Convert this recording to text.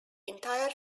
entire